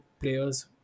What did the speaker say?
players